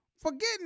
Forgetting